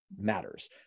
matters